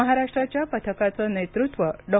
महाराष्ट्राच्या पथकाचं नेतृत्व डॉ